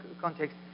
context